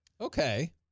Okay